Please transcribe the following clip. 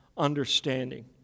Understanding